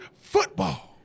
football